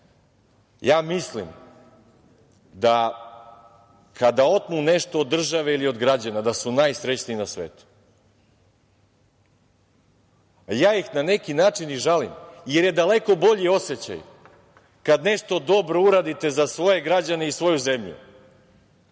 ja mislim da kada otmu nešto od države ili od građana da su najsrećniji na svetu. Na nekih način ja ih i žalim, jer je daleko bolji osećaj kad nešto dobro uradite za svoje građane i svoju zemlju.